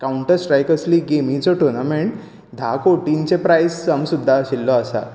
Counter Strike असले गेमीचो tournament धा कोटिंचे प्रायजांक सुद्दां आशिल्लो आसा